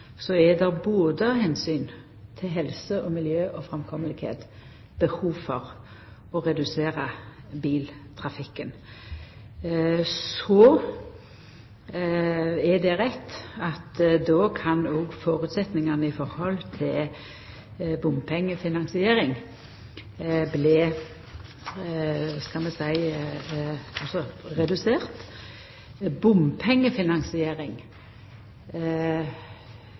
det av omsyn til helse, miljø og framkomst behov for å redusera trafikken. Så er det rett at då kan òg føresetnadene i høve til bompengefinansiering